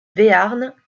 béarn